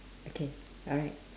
okay alright